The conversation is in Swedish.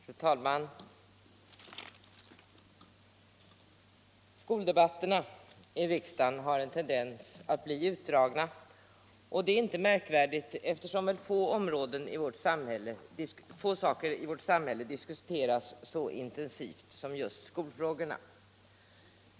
Fru talman! Skoldebatterna i riksdagen har en tendens att bli utdragna, och det är inte märkvärdigt, eftersom väl få saker i vårt samhälle diskuteras så intensivt som just skolfrågorna.